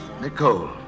Nicole